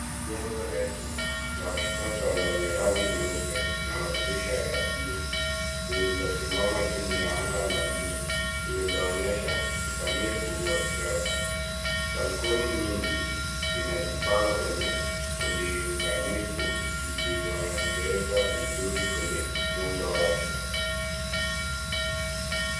Jengo refu la kisasa lenye rangi nyeupe na madirisha ya buluu lililosimama chini ya anga la buluu, lililoonyesha usanifu wa kisasa. Balkoni nyingi zinajipanga kwenye ulinganifu zilizoegezwa vizuri kwenye muundo wake.